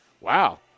wow